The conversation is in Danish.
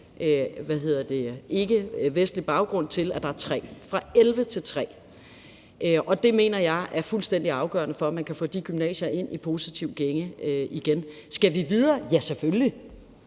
ikkevestlig baggrund, til, at der er 3 – altså fra 11 til 3 – og det mener jeg er fuldstændig afgørende for, at man kan få de gymnasier ind i en positiv gænge igen. Kl. 10:01 Skal vi videre? Ja, selvfølgelig.